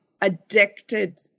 addicted